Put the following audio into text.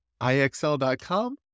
IXL.com